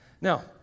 Now